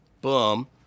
boom